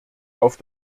auf